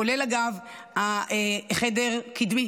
כולל אגב חדר קדמי